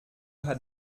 hat